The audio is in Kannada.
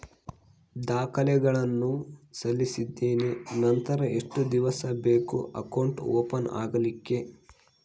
ದಾಖಲೆಗಳನ್ನು ಸಲ್ಲಿಸಿದ್ದೇನೆ ನಂತರ ಎಷ್ಟು ದಿವಸ ಬೇಕು ಅಕೌಂಟ್ ಓಪನ್ ಆಗಲಿಕ್ಕೆ?